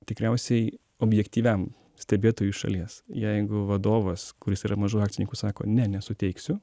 tikriausiai objektyviam stebėtojui iš šalies jeigu vadovas kuris yra mažų akcininkų sako ne nesuteiksiu